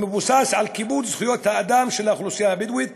המבוסס על כיבוד זכויות האדם של האוכלוסייה הבדואית